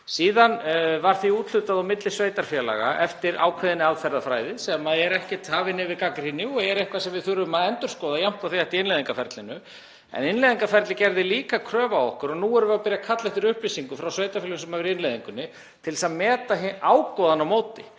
Síðan var því úthlutað á milli sveitarfélaga eftir ákveðinni aðferðafræði sem er ekkert hafin yfir gagnrýni og er eitthvað sem við þurfum að endurskoða jafnt og þétt í innleiðingarferlinu. En innleiðingarferlið gerði líka kröfu á okkur og nú erum við að byrja að kalla eftir upplýsingum, frá sveitarfélögum sem hafa verið í innleiðingunni, til að meta ágóðann á móti.